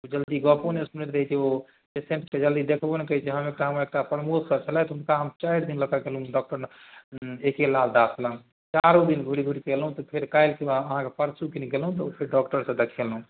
ओ जल्दी गप्पो नहि सुनैत रहै छै ओ पेशेन्टके जल्दी देखबो नहि करै छै हम एकटा हमर एकटा प्रमोद सर छलथि हुनका हम चारि दिन लऽ कऽ गेलहुँ डॉकटर एके लाल दास लग चारू दिन घुरि घुरिके अएलहुँ तऽ फेर काल्हिके बाद अहाँके परसूखन गेलहुँ तऽ फेर डॉकटरसँ देखेलहुँ